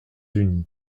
unis